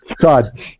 Todd